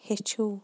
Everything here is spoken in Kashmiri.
ہیٚچھِو